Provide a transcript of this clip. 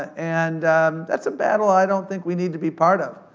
and that's a battle i don't think we need to be part of.